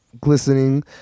glistening